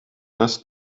das